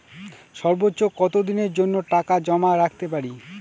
সর্বোচ্চ কত দিনের জন্য টাকা জমা রাখতে পারি?